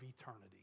eternity